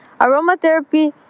Aromatherapy